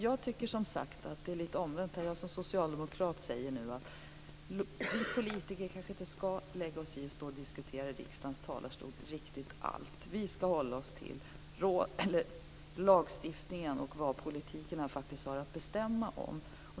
Jag tycker som sagt att det är lite omvänt när jag som socialdemokrat nu säger att vi politiker kanske inte ska lägga oss i och i riksdagens talarstol stå och diskutera riktigt allt, utan vi ska hålla oss till lagstiftningen och vad politikerna faktiskt har att bestämma om.